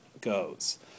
goes